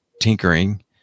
tinkering